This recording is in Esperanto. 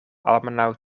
almenaŭ